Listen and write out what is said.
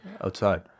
outside